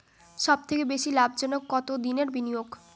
সবথেকে বেশি লাভজনক কতদিনের বিনিয়োগ?